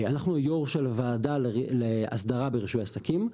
אנחנו יו"ר של הוועדה לאסדרה ברישוי עסקים.